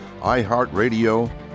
iHeartRadio